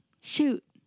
Shoot